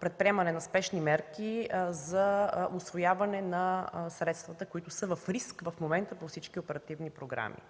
предприемане на спешни мерки за усвояване на средствата, които са в риск в момента по всички оперативни програми.